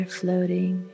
floating